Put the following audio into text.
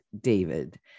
David